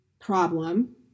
problem